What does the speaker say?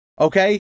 Okay